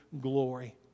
glory